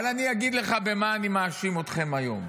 אבל אני אגיד לך במה אני מאשים אתכם היום: